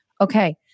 okay